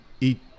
eat